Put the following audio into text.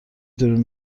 دوربین